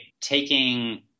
taking